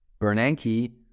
Bernanke